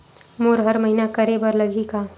मोला हर महीना करे बर लगही का?